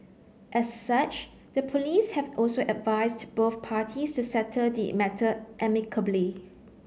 as such the police have also advised both parties to settle the matter amicably